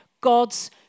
God's